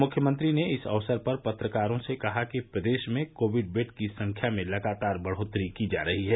मुख्यमंत्री ने इस अवसर पर पत्रकारों से कहा कि प्रदेश में कोविड बेड की संख्या में लगातार बढ़ोत्तरी की जा रही है